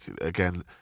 again